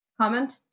comment